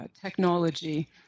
technology